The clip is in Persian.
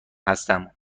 هستم